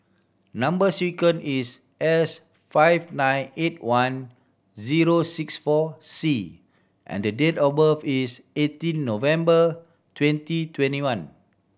number sequence is S five nine eight one zero six four C and date of birth is eighteen November twenty twenty one